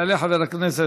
יעלה חבר הכנסת